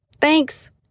Thanks